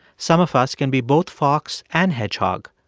some of us can be both fox and hedgehog.